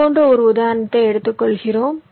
இது போன்ற ஒரு உதாரணத்தை எடுத்துக் கொள்வோம்